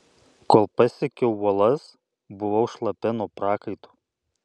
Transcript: kol pasiekiau uolas buvau šlapia nuo prakaito